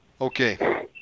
Okay